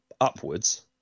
upwards